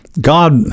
God